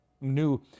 new